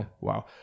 Wow